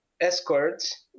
escorts